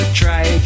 try